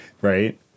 Right